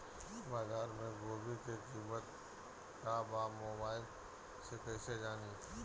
बाजार में गोभी के कीमत का बा मोबाइल से कइसे जानी?